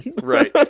Right